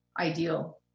ideal